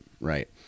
right